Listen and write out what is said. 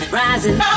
rising